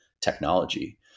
technology